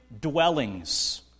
dwellings